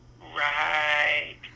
Right